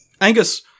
Angus